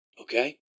Okay